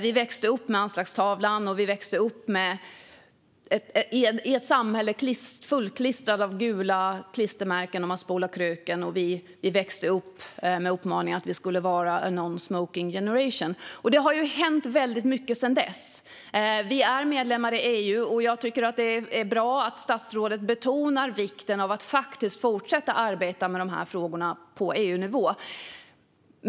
Vi växte upp med Anslagstavlan , och vi växte upp i ett samhälle fullklistrat med gula klistermärken där det stod "Spola kröken". Vi växte upp med uppmaningar från A Non Smoking Generation. Det har hänt väldigt mycket sedan dess. Vi är medlemmar i EU, och jag tycker att det är bra att statsrådet betonar vikten av att faktiskt fortsätta att arbeta med dessa frågor på EU-nivå.